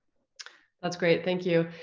that's great, thank you.